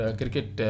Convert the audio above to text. cricket